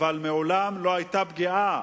אבל מעולם לא היתה פגיעה,